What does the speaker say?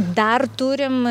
dar turim